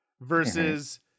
versus